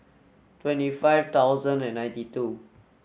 twenty five thousand and ninety two